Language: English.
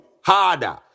harder